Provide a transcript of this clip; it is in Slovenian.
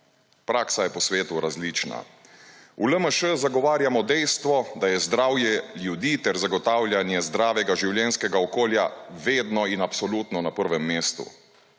Praksa je po svetu različna. V LMŠ zagovarjamo dejstvo, da je zdravje ljudi ter zagotavljanje zdravega življenjskega okolja vedno in absolutno na prvem mestu.